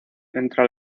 entra